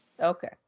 okay